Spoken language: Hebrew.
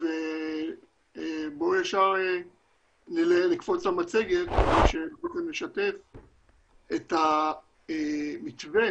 בואו ישר נקפוץ למצגת שנשתף את המתווה